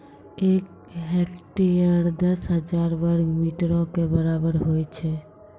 एक हेक्टेयर, दस हजार वर्ग मीटरो के बराबर होय छै